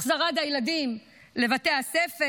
החזרת הילדים לבתי הספר?